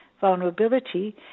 vulnerability